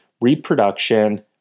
reproduction